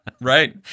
Right